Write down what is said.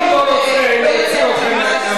אני לא רוצה להוציא אתכם מהמליאה.